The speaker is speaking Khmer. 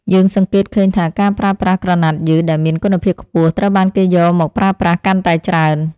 យើងសង្កេតឃើញថាការប្រើប្រាស់ក្រណាត់យឺតដែលមានគុណភាពខ្ពស់ត្រូវបានគេយកមកប្រើប្រាស់កាន់តែច្រើន។